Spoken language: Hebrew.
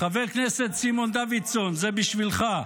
חבר הכנסת סימון דוידסון, זה בשבילך,